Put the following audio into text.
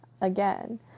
Again